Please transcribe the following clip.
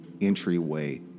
entryway